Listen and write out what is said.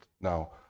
now